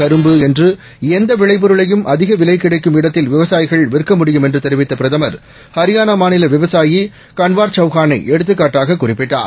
கரும்புஎன்றுஎந்தவிளைபொருளையும் கோதுமை நெல் அதிகவிலைகிடைக்கும்இடத்தில்விவசாயிகள்விற்கமுடியும்எ ன்றுதெரிவித்தபிரதமர் ஹரியானாமாநிலவிவசாயிகன்வார்சவுகானை எடுத்துக்காட்டாககுறிப்பிட்டார்